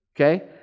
okay